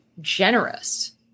generous